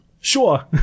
Sure